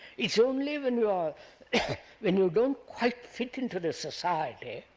it's only when you ah when you don't quite fit into the society